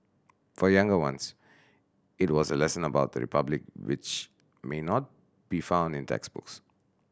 for younger ones it was a lesson about the Republic which may not be found in textbooks